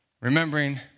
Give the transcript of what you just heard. Remembering